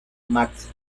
max